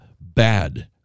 bad